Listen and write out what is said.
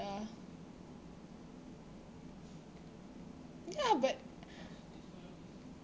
ya ya but